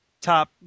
Top